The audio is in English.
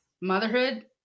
motherhood